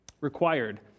required